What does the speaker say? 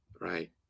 right